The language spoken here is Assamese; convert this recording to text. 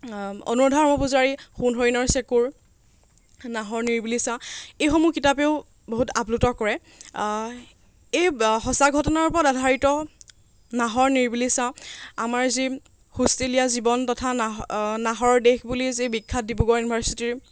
অনুৰাধা শৰ্মা পূজাৰীৰ সোণ হৰিণৰ চেঁকুৰ নাহৰৰ নিৰিবিলি ছাঁ এইসমূহ কিতাপেও বহুত আপ্লুত কৰে এই সঁচা ঘটনাৰ ওপৰত আধাৰিত নাহৰৰ নিৰিবিলি ছাঁ আমাৰ যি হোষ্টেলীয়া জীৱন তথা নাহৰ নাহৰৰ দেশ বুলি যি বিখ্যাত ডিব্ৰুগড় ইউনিভাৰ্চিটিৰ